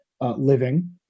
living